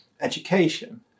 education